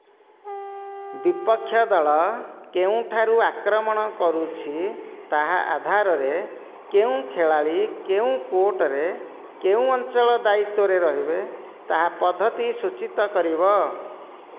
ବିପକ୍ଷ ଦଳ କେଉଁଠାରୁ ଆକ୍ରମଣ କରୁଛି ତାହା ଆଧାରରେ କେଉଁ ଖେଳାଳି କେଉଁ କୋର୍ଟରେ କେଉଁ ଅଞ୍ଚଳ ଦାୟିତ୍ୱରେ ରହିବେ ତାହା ପଦ୍ଧତି ସୂଚିତ କରିବ